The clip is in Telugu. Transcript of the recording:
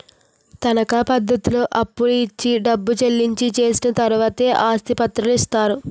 తనకా పద్ధతిలో అప్పులు ఇచ్చి డబ్బు చెల్లించి చేసిన తర్వాతే ఆస్తి పత్రాలు ఇస్తారు